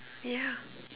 ya